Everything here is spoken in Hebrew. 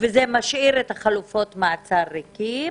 וזה משאיר את חלופות המעצר ריקות.